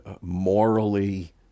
morally